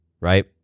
Right